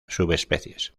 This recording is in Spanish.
subespecies